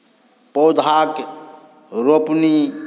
पौधाके रोपनी